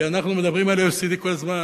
כי אנחנו מדברים על OECD כל הזמן,